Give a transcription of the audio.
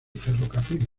ferrocarril